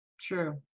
True